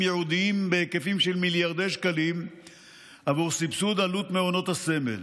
ייעודיים בהיקפים של מיליארדי שקלים בעבור סבסוד עלות מעונות הסמל.